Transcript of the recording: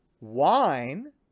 wine